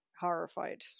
horrified